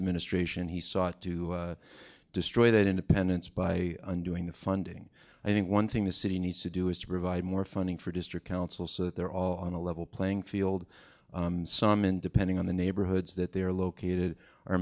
administration he sought to destroy that independence by undoing the funding i think one thing the city needs to do is to provide more funding for district council so that they're all on a level playing field some and depending on the neighborhoods that they're located